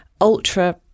Ultra